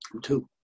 two